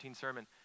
sermon